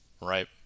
right